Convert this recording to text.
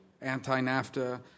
anti-NAFTA